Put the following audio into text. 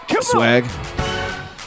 Swag